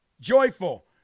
joyful